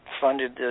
funded